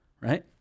right